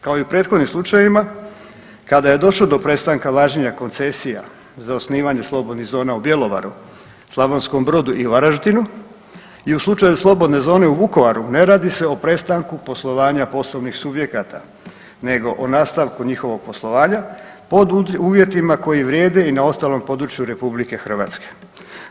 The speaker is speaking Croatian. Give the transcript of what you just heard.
Kao i u prethodnim slučajevima kada je došlo do prestanka važenja koncesija za osnivanje slobodnih zona u Bjelovaru, Slavonskom Brodu i Varaždinu i u slučaju slobodne zone u Vukovaru ne radi se o prestanku poslovanja poslovnih subjekata nego o nastavku njihovog poslovanja pod uvjetima koji vrijede i na ostalom području Republike Hrvatske.